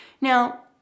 Now